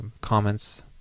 comments